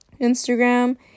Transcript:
Instagram